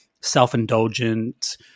self-indulgent